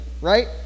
right